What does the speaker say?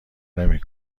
نمی